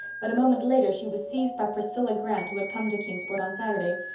but a moment later she was seized by priscilla grant, who had come to kingsport on saturday.